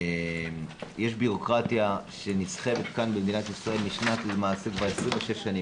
יש בירוקרטיה שנסחבת במדינת ישראל כבר 26 שנים,